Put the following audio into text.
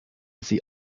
sie